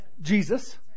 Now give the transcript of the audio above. Jesus